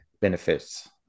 benefits